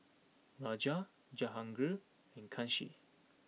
Raja Jahangir and Kanshi